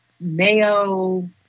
mayo